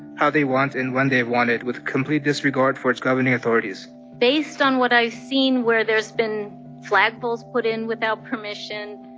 how they want and when they want it with complete disregard for its governing authorities based on what i've seen where there's been flagpoles put in without permission,